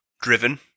Driven